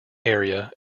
area